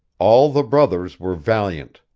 all the brothers were valiant,